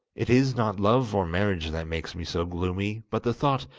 it is not love or marriage that makes me so gloomy but the thought,